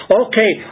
okay